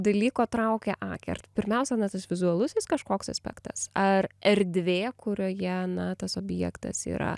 dalyko traukia akį ar pirmiausia na tas vizualusis kažkoks aspektas ar erdvė kurioje na tas objektas yra